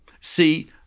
See